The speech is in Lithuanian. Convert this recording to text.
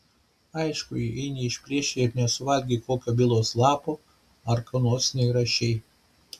aišku jei neišplėšei ir nesuvalgei kokio bylos lapo ar ko nors neįrašei